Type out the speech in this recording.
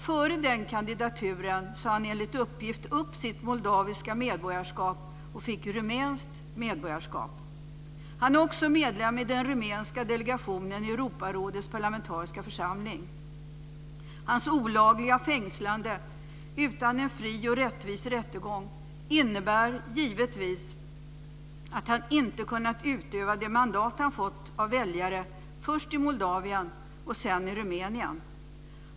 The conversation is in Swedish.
Före den kandidaturen sade han enligt uppgift upp sitt moldaviska medborgarskap och fick rumänskt medborgarskap. Han är också medlem av den rumänska delegationen i Europarådets parlamentariska församling. Hans olagliga fängslande utan en fri och rättvis rättegång innebär givetvis att han inte kunnat utöva de mandat han fått av väljare först i Moldavien och sedan i Rumänien.